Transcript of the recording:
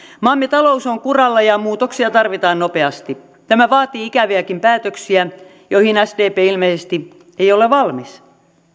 maamme talous on kuralla ja muutoksia tarvitaan nopeasti tämä vaatii ikäviäkin päätöksiä joihin sdp ilmeisesti ei ole valmis